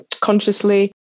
consciously